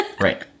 Right